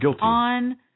on